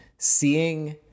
seeing